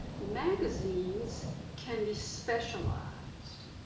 magazines can be specialized.